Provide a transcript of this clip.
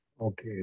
Okay